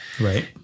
Right